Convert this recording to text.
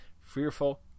Fearful